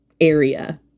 area